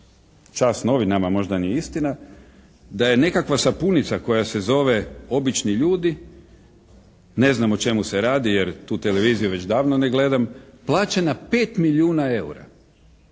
čast novinama, možda nije istina da je nekakva sapunica koja se zove "Obični ljudi", ne znam o čemu se radi jer tu televiziju već davno ne gledam, plaćena 5 milijuna eura.